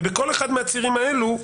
בכל אחד מהצירים האלו,